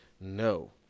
No